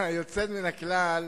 היוצאת מן הכלל,